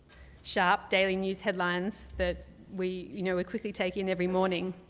sharp daily news headlines that we you know quickly take in every morning.